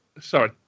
sorry